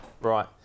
Right